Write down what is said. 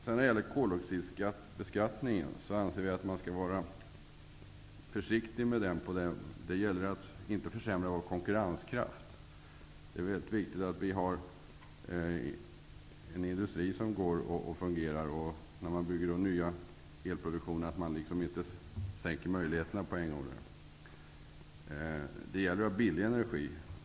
Ny demokrati anser att man skall vara försiktig med koldioxidbeskattningen. Det gäller att inte försämra vår konkurrenskraft. Det är väldigt viktigt att vi har en fungerande industri, och att vi, när vi bygger nytt inom elproduktionen, inte på en gång sänker möjligheterna.